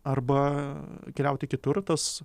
arba keliauti kitur tas